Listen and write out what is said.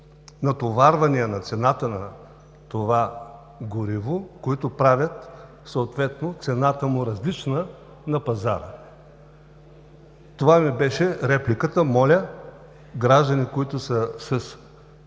натоварвания на цената на това гориво, които правят съответно цената му различна на пазара. Това ми беше репликата. Моля, граждани, които са с